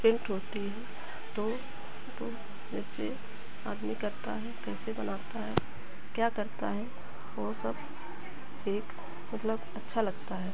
paint होती है तो वो कैसे आदमी करता है कैसे बनाता है क्या करता है वो सब एक मतलब अच्छा लगता है